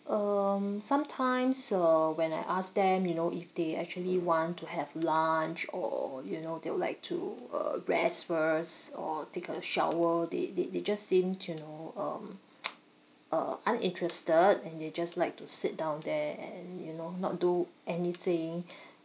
um sometimes uh when I ask them you know if they actually want to have lunch or you know they would like to uh rest first or take a shower they they they just seem to you know um uh uninterested and they just like to sit down there and you know not do anything